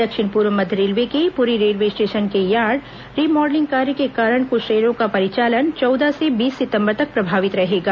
दक्षिण पूर्व मध्य रेलवे के पूरी रेलवे स्टेशन के यार्ड रिमोडलिंग कार्य के कारण कुछ ट्रेनों का परिचालन चौदह से बीस सितंबर तक प्रभावित रहेगा